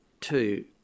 two